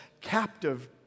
captive